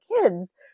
kids